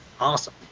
Awesome